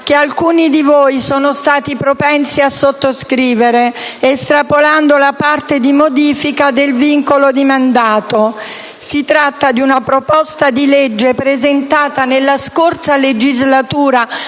che alcuni di voi sono stati propensi a sottoscrivere, estrapolando la parte di modifica del vincolo di mandato. Si tratta di una proposta di legge presentata nella scorsa legislatura